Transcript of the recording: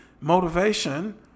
motivation